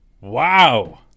wow